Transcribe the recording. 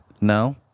No